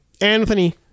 Anthony